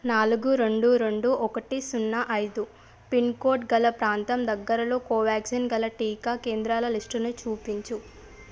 నాలుగు రెండు రెండు ఒకటి సున్నా ఐదు పిన్కోడ్ గల ప్రాంతం దగ్గరలో కోవ్యాక్సిన్ గల టీకా కేంద్రాల లిస్టుని చూపించు